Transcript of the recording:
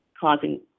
causing